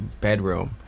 bedroom